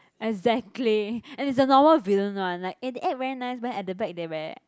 exactly and it's a normal villain one like eh they act very nice but then at the back they very